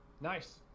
Nice